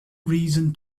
reason